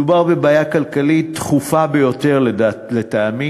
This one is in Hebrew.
מדובר בבעיה כלכלית דחופה ביותר, לטעמי,